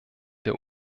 der